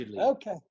Okay